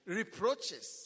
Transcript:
reproaches